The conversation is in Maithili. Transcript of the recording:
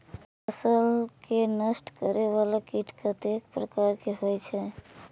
फसल के नष्ट करें वाला कीट कतेक प्रकार के होई छै?